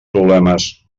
problemes